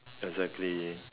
exactly